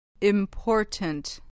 Important